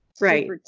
right